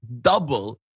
double